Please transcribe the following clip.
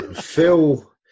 Phil